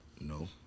No